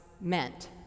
meant